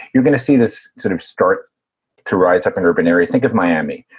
you're going to see this sort of start to rise up in urban area. think of miami.